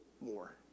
more